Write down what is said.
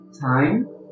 time